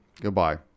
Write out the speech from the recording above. Goodbye